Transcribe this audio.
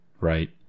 right